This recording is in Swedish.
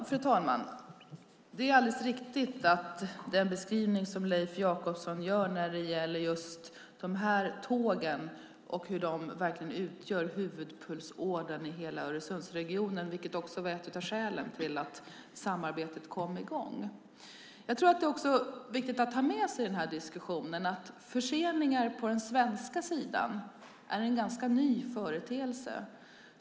Fru talman! Den beskrivning som Leif Jakobsson gör av hur tågen utgör huvudpulsådern i Öresundsregionen är alldeles riktig. Det var också ett av skälen till att samarbetet kom i gång. Jag tror att det är viktigt att ha med sig i diskussionen att förseningar på den svenska sidan är en ganska ny företeelse.